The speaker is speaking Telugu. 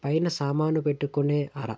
పైన సామాను పెట్టుకునే అర